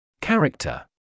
Character